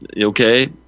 okay